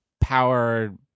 power